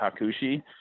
Hakushi